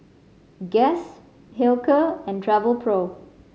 Guess Hilker and Travelpro